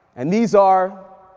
and these are,